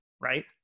right